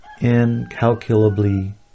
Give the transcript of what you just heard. incalculably